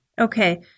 Okay